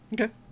Okay